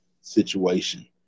situation